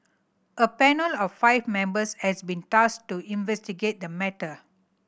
a panel of five members has been tasked to investigate the matter